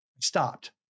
Stopped